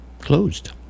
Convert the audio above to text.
closed